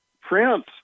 Prince